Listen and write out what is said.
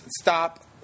stop